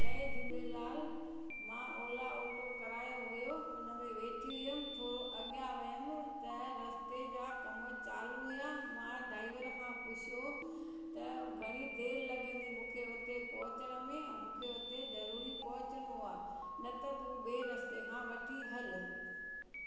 जय झूलेलाल मां Ola auto करायो हुओ हुन में वेठी हुअमि थोरो अॻियां वियमि त रस्ते जा कम चालू हुआ मां ड्राइवर खां पुछियो त घणी देर लॻंदी मूंखे हुते पहुचण में ऐं मूंखे हुते ज़रूरी पहुचणो आहे न त तूं ॿिए रस्ते खां वठी हल